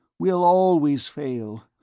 we'll always fail.